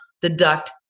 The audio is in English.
deduct